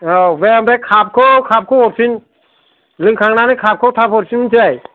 औ बे ओमफाय कापखौ कापखौ हरफिन लोंखांनानै काप खौ थाब हरफिन मोनथिबाय